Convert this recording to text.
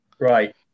Right